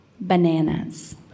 bananas